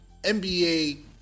NBA